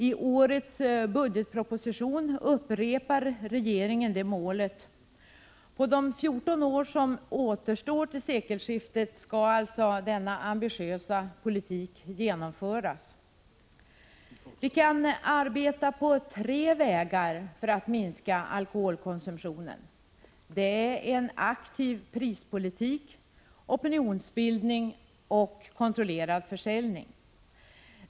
I årets budgetproposition upprepar regeringen det målet. På de 14 år som återstår till sekelskiftet skall alltså denna ambitiösa politik genomföras. Vi kan arbeta på tre vägar för att minska alkoholkonsumtionen. Det är en aktiv prispolitik, opinionsbildning och kontrollerad försäljning.